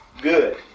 good